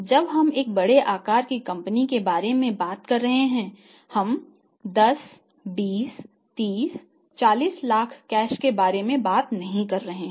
जब हम एक बड़े आकार की कंपनी के बारे में बात कर रहे हैं हम 10 20 30 40 लाख कैश के बारे में बात नहीं कर रहे हैं